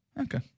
Okay